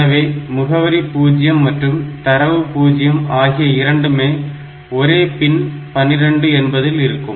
எனவே முகவரி 0 மற்றும் தரவு 0 ஆகிய இரண்டுமே ஒரே பின் 12 என்பதில் இருக்கும்